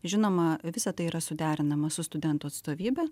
žinoma visa tai yra suderinama su studentų atstovybe